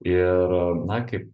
ir na kaip